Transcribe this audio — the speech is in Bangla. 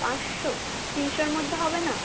পাঁচশো তিনশোর মধ্যে হবে না